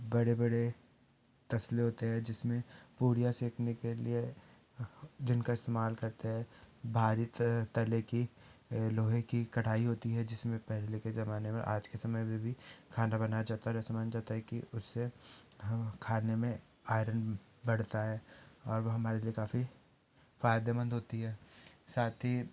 बड़े बड़े तसले होते हैं पूड़ियाँ सेकने के लिए जिनका इस्तेमाल करते हैं भारी तले की लोहे की कड़ाई होती है जिसमें पहले के जमाने में और आज के समय में भी खाना बनाया जाता है रस मान जाता की उससे हाँ खाने में आइरन बढ़ता है और वो हमारे लिए काफ़ी फायदेमंद होती है साथ ही